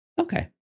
Okay